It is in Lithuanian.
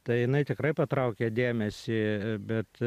tai jinai tikrai patraukia dėmesį bet